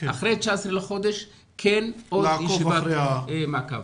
אחרי ה-19 בחודש עוד ישיבת מעקב.